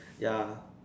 ya